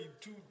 Two